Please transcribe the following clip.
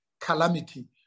calamity